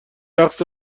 رقص